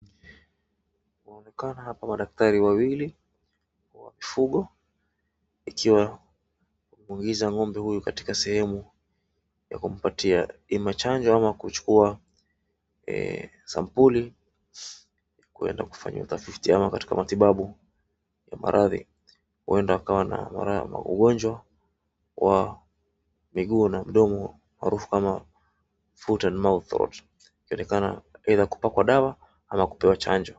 Inaonekana hapa madaktari wawili wa mifugo, ikiwa kuingiza ng'ombe huyu katika sehemu ya kumpatia tiba ama chanjo ama kuchukua, eeeh, sampuli kuenda kufanya utafiti ama katika matibabu ya maradhi. Huenda akawa na ugonjwa wa miguu na mdomo maarufu kama Foot and Mouth ikionekana aidha kupakwa dawa ama kupewa chanjo.